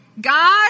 God